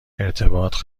ارتباط